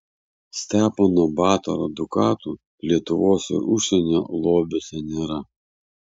stepono batoro dukatų lietuvos ir užsienio lobiuose nėra